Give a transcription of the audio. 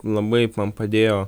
labai man padėjo